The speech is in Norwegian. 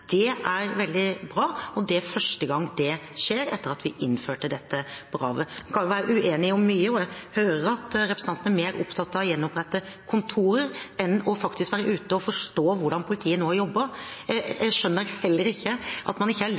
Det er veldig bra, og det er første gang det skjer etter at vi innførte dette kravet. Vi kan være uenige om mye, og jeg hører at representanten er mer opptatt av å gjenopprette kontorer enn faktisk å være ute og forstå hvordan politiet nå jobber. Jeg skjønner heller ikke at man ikke